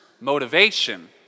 motivation